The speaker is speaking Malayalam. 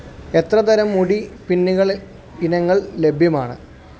എത്ര തരം മുടി പിന്നുകൾ ഇനങ്ങൾ ലഭ്യമാണ്